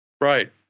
Right